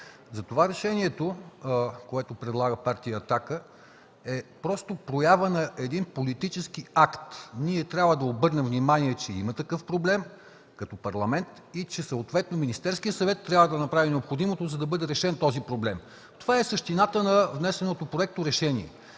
Затова проекторешението, което предлага партия „Атака”, е просто проява на политически акт – ние трябва да обърнем внимание, че има такъв проблем като Парламент и че Министерският съвет трябва да направи необходимото, за да бъде решен този проблем. Това е същината на внесеното проекторешение.